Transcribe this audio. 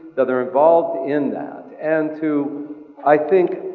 that they're involved in that. and to i think,